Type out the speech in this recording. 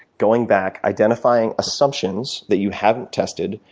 going back identifying assumptions that you haven't tested,